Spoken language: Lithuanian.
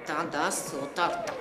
tada sutarta